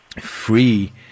free